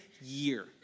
year